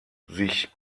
sich